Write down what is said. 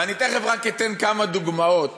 ואני תכף אתן רק כמה דוגמאות